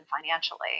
financially